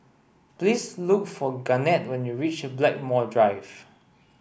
please look for Garnett when you reach Blackmore Drive